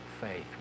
faith